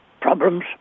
problems